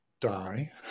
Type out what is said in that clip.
die